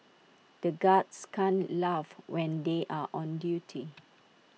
the guards can't laugh when they are on duty